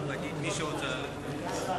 אדוני היושב-ראש, תודה,